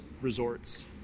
resorts